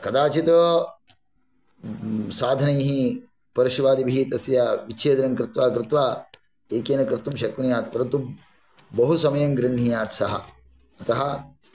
कदाचित् साधनैः परश्वादिभिः तस्य विच्छेदनं कृत्वा कृत्वा एकेन कर्तुं शक्नुयात् परन्तुं बहु समयं गृह्णीयात् सः अतः